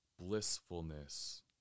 blissfulness